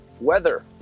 weather